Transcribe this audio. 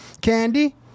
candy